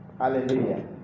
Hallelujah